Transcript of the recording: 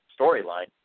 storyline